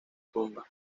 tumba